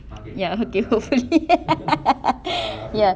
ya okay hopefully ya